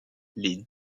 les